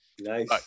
nice